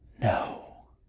No